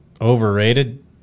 Overrated